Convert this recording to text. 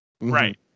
Right